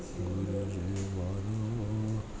ગુરુજી મારું